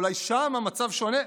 אולי שם המצב שונה.